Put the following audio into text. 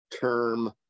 term